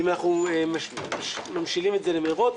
אם אנחנו ממשילים את זה למרוץ.